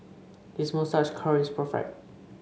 his moustache curl is perfect